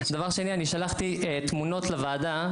דבר שני אני שלחתי תמונות לוועדה,